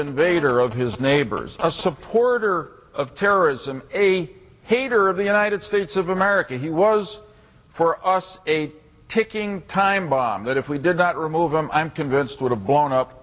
invader of his neighbors a supporter of terrorism a hater of the united states of america he was for us a ticking time bomb that if we did not remove them i'm convinced would have blown up